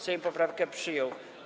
Sejm poprawkę przyjął.